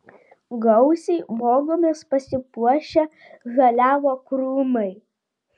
gausiai uogomis pasipuošę žaliavo krūmai